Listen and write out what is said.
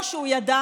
או שהוא ידע